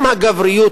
אם הגבריות